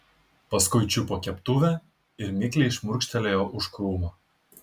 paskui čiupo keptuvę ir mikliai šmurkštelėjo už krūmo